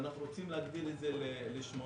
ואנחנו רוצים להגדיל את זה לשמונה.